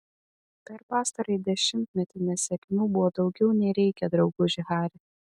per pastarąjį dešimtmetį nesėkmių buvo daugiau nei reikia drauguži hari